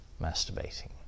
masturbating